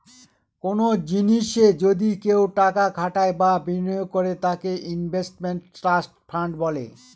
কোনো জিনিসে যদি কেউ টাকা খাটায় বা বিনিয়োগ করে তাকে ইনভেস্টমেন্ট ট্রাস্ট ফান্ড বলে